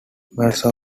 melrose